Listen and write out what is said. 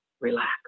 Relax